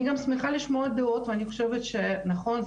אני גם שמחה לשמוע דעות ואני חושבת שנכון,